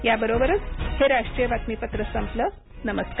या बरोबरच हे राष्ट्रीय बातमीपत्र संपलं नमस्कार